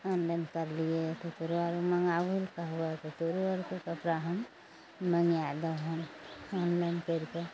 online करलियै तऽ तोरो आरो मङाबय लए कहबऽ तऽ तोरो आरके कपड़ा हम मङ्गाय देबहन ऑनलाइन करि कए